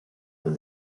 and